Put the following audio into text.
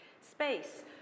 space